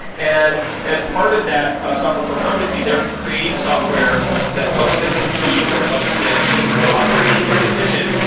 and as part of that ah software core competency, they're creating software that helps them compete, or helps them be more operationally efficient.